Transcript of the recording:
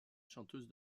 chanteuse